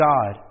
God